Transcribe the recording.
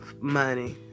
money